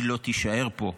היא לא תישאר פה.